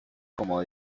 como